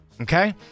Okay